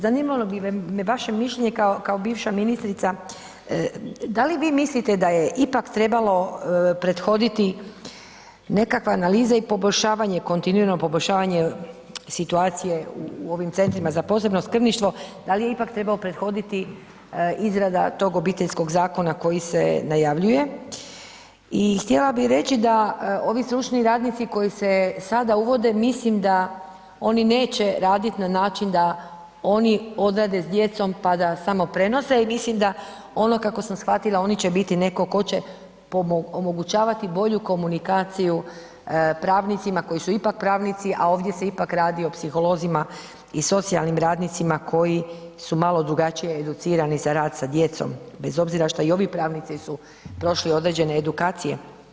Zanimalo bi me vaše mišljenje kao, kao bivša ministrica, da li vi mislite da je ipak trebalo prethoditi nekakva analiza i poboljšavanje, kontinuirano poboljšavanje situacije u ovim centrima za posebno skrbništvo, da li je ipak trebao prethoditi izrada tog Obiteljskog zakona koji se najavljuje i htjela bi reći da ovi stručni radnici koji se sada uvode mislim da oni neće radit na način da oni odrade s djecom, pa da samo prenose i mislim da ono kako sam shvatila oni će biti neko ko će omogućavati bolju komunikaciju pravnicima koji su ipak pravnici, a ovdje se ipak radi o psiholozima i socijalnim radnicima koji su malo drugačije educirani za rad sa djecom bez obzira šta i ovi pravnici su prošli određene edukacije.